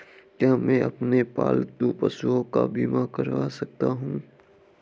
क्या मैं अपने पालतू पशुओं का बीमा करवा सकता हूं?